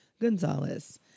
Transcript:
Gonzalez